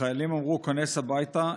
החיילים אמרו: היכנס הביתה.